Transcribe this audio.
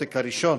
העותק הראשון